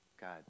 God